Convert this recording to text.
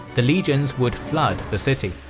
the legions would flood the city.